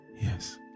Yes